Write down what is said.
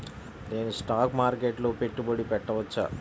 నేను స్టాక్ మార్కెట్లో పెట్టుబడి పెట్టవచ్చా?